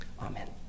Amen